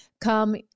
come